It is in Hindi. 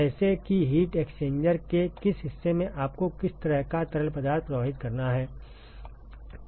जैसे कि हीट एक्सचेंजर के किस हिस्से में आपको किस तरह का तरल पदार्थ प्रवाहित करना है